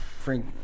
Frank